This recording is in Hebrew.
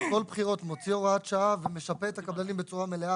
כל בחירות מוציא הוראת שעה ומשפה את הקבלנים בצורה מלאה.